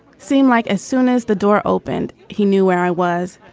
seemed like as soon as the door opened, he knew where i was.